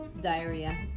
diarrhea